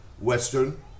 Western